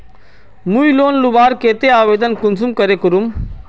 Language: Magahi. मुई लोन लुबार केते आवेदन कुंसम करे करूम?